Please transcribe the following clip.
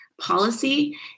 policy